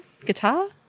Guitar